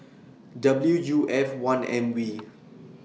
W U F one M V